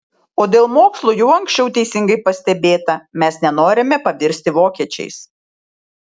o dėl mokslų jau anksčiau teisingai pastebėta mes nenorime pavirsti vokiečiais